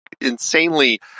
insanely